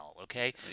okay